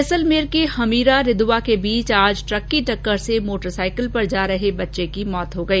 जैसलमेर के हमीरा रिदुवा के बीच ट्रक की टक्कर से मोटरसाइकिल पर जा रहे बच्चे की मौत हो गई